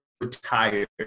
retired